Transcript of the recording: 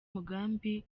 mugambi